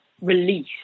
release